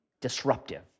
Disruptive